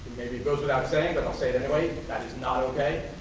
maybe it goes without saying, but i'll say it anyway, that is not okay.